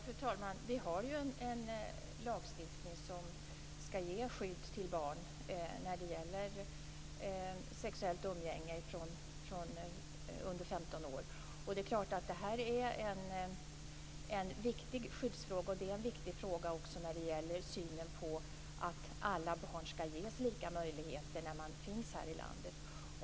Fru talman! Vi har ju en lagstiftning som skall ge skydd till barn under 15 år när det gäller sexuellt umgänge. Det är klart att det här är en viktig skyddsfråga, och det är en viktig fråga också när det gäller synen att alla barn skall ges lika möjligheter när de finns här i landet.